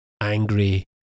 angry